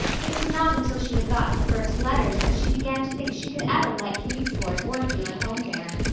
it was not until she had got her first letters that she began to think she could ever like kingsport or feel at home there.